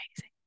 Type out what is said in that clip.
amazing